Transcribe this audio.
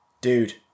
Dude